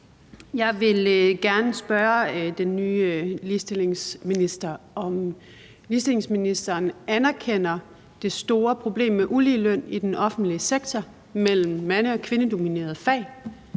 Jeg vil gerne spørge den nye ligestillingsminister, om ligestillingsministeren anerkender det store problem med uligeløn i den offentlige sektor mellem mande- og kvindedominerede fag.